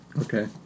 Okay